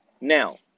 Now